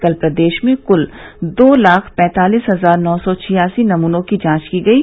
कल प्रदेश में कुल दो लाख पैंतालीस हजार नौ सौ छियासी नमूनों की जांच की गयी